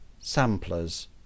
samplers